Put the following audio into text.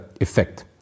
effect